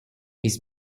his